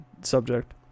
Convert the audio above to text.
subject